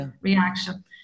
reaction